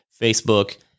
Facebook